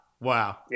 Wow